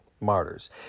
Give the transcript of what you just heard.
martyrs